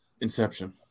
Inception